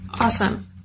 Awesome